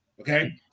Okay